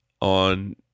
on